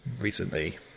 recently